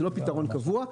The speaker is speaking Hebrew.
זה לא פתרון קבוע.